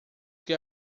que